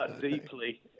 deeply